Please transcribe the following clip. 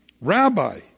Rabbi